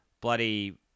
bloody